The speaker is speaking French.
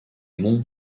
monts